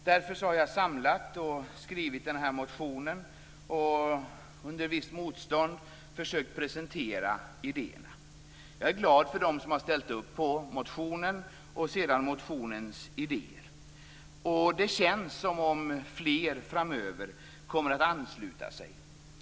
Därför har jag skrivit denna motion och under visst motstånd försökt presentera idéerna. Jag är glad för att de som har ställt upp på motionen och motionens idéer har gjort det. Det känns som om fler framöver kommer att ansluta sig.